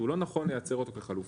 שלא נכון לייצר אותו כחלופה.